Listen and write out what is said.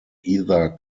either